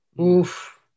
Oof